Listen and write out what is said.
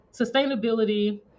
sustainability